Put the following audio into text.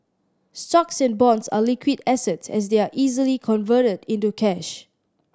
stocks and bonds are liquid assets as they are easily converted into cash